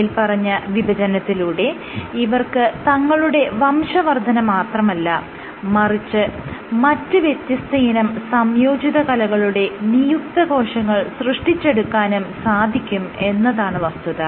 മേല്പറഞ്ഞ വിഭജനത്തിലൂടെ ഇവർക്ക് തങ്ങളുടെ വംശവർദ്ധന മാത്രമല്ല മറിച്ച് മറ്റ് വ്യത്യസ്തയിനം സംയോജിത കലകളുടെ നിയുക്തകോശങ്ങൾ സൃഷ്ടിച്ചെടുക്കാനും സാധിക്കും എന്നതാണ് വസ്തുത